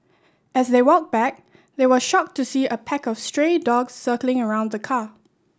as they walked back they were shocked to see a pack of stray dogs circling around the car